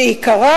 שעיקרה,